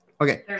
Okay